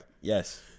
Yes